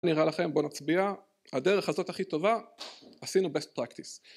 נראה לכם בואו נצביע, הדרך הזאת הכי טובה, עשינו best practice